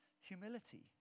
Humility